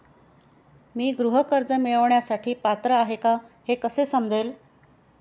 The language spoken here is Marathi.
मी गृह कर्ज मिळवण्यासाठी पात्र आहे का हे कसे समजेल?